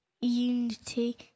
unity